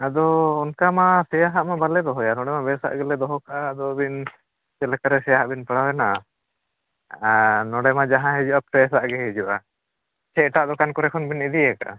ᱟᱫᱚ ᱚᱱᱠᱟᱢᱟ ᱥᱮᱭᱟ ᱦᱟᱜ ᱢᱟ ᱵᱟᱞᱮ ᱫᱚᱦᱚᱭᱟ ᱱᱚᱰᱮ ᱢᱟ ᱵᱮᱥᱟᱜ ᱜᱮᱞᱮ ᱫᱚᱦᱚ ᱠᱟᱜᱼᱟ ᱟᱫᱚ ᱵᱤᱱ ᱪᱮᱫ ᱞᱮᱠᱟ ᱨᱮ ᱥᱮᱭᱟ ᱦᱟᱜ ᱵᱮᱱ ᱯᱟᱲᱟᱣᱮᱱᱟ ᱟ ᱱᱚᱰᱮ ᱢᱟ ᱡᱟᱦᱟᱸ ᱦᱤᱡᱩᱜᱼᱟ ᱯᱷᱮᱨᱮᱥᱟᱜ ᱜᱮ ᱦᱤᱡᱩᱜᱼᱟ ᱥᱮ ᱮᱴᱟᱜ ᱫᱚᱠᱟᱱ ᱠᱚᱨᱮ ᱠᱷᱚᱱ ᱵᱤᱱ ᱤᱫᱤ ᱟᱠᱟᱜᱼᱟ